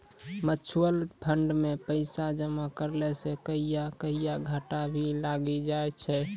mutual fund मे पैसा जमा करला से कहियो कहियो घाटा भी लागी जाय छै